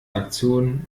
aktion